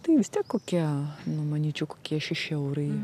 tai vis tiek kokie nu manyčiau kokie šeši eurai